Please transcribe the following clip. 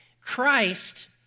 Christ